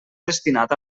destinat